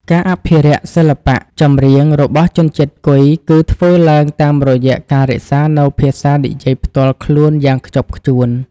ការអភិរក្សសិល្បៈចម្រៀងរបស់ជនជាតិគុយ គឺធ្វើឡើងតាមរយៈការរក្សានូវភាសានិយាយផ្ទាល់ខ្លួនយ៉ាងខ្ជាប់ខ្ជួន។